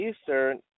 Eastern